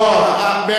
לא נעים לי,